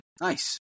nice